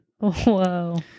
Whoa